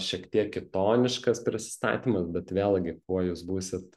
šiek tiek kitoniškas prisistatymas bet vėlgi kuo jūs būsit